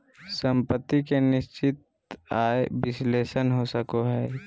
सम्पत्ति के निश्चित आय विश्लेषण हो सको हय